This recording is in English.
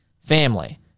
family